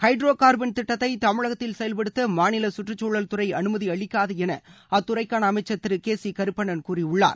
hydro carbon திட்டத்தை தமிழகத்தில் செயல்படுத்த மாநில சுற்றுச்சூழல் துறை அனுமதியளிக்காது என அத்துறைக்கான அமைச்சர் திரு கே சி கருப்பண்ணன் கூறியுள்ளார்